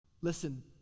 Listen